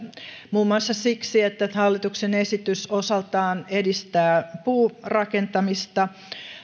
muun muassa siksi että hallituksen esitys osaltaan edistää puurakentamista